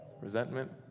resentment